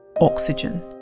Oxygen